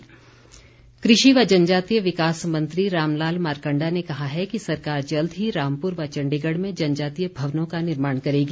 मारकण्डा कृषि व जनजातीय विकास मंत्री रामलाल मारकंडा ने कहा है कि सरकार जल्द ही रामपुर व चण्डीगढ़ में जनजातीय भवनों का निर्माण करेगी